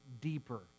deeper